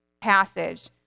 passage